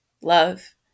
love